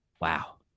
wow